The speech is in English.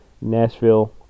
Nashville